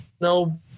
no